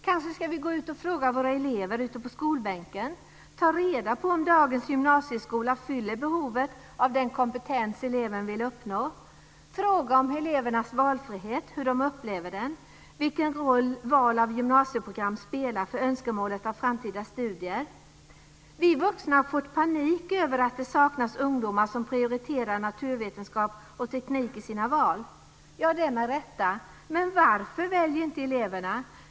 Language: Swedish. Kanske ska vi gå ut och fråga våra elever ute på skolbänken, ta reda på om dagens gymnasieskola fyller behovet av den kompetens eleven vill uppnå, fråga om elevernas valfrihet och hur de upplever den och vilken roll val av gymnasieprogram spelar för önskemålet om framtida studier. Vi vuxna har gripits av panik över att det saknas ungdomar som prioriterar naturvetenskap och teknik i sina val. Ja, det med rätta. Men varför väljer inte eleverna det?